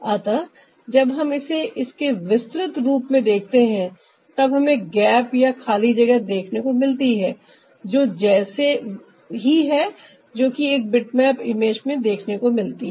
अतः जब हम इसे इसके विस्तृत रूप में देखते हैं तब हमें गैप या खाली जगह देखने को मिलती हैं जो वैसे ही हैं जो कि एक बिटमैप इमेज में देखने को मिलती हैं